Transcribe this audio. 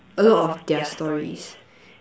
a lot of their stories